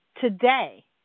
today